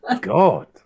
God